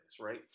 right